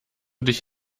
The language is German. dich